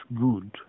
good